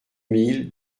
mille